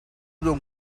don’t